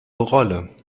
rolle